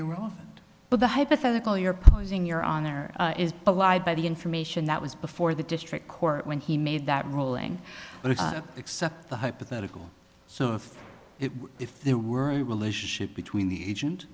be relevant but the hypothetical you're proposing your honor is belied by the information that was before the district court when he made that ruling but it except the hypothetical so if it were if there were a relationship between the agent